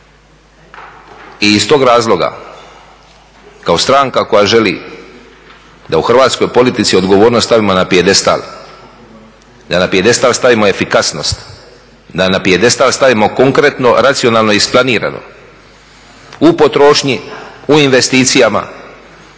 i iz tog razloga kao stranka koja želi da u hrvatskoj politici odgovornost stavimo na pijedestal, da na pijedestal stavimo efikasnost, da na pijedestal stavimo konkretno, racionalno isplanirano u potrošnji, u investicijama